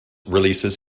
releases